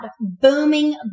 booming